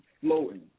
floating